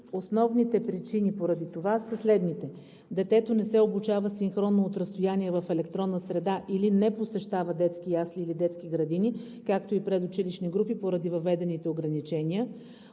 основните причини за това са следните: детето не се обучава синхронно от разстояние в електронна среда или не посещава детски ясли или детски градини, както и предучилищни групи поради въведените ограничения;